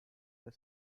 the